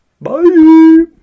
Bye